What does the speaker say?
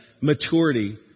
maturity